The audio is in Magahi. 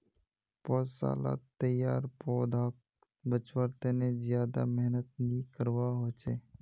पौधसालात तैयार पौधाक बच्वार तने ज्यादा मेहनत नि करवा होचे